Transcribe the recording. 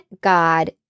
God